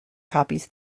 copies